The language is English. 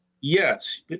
Yes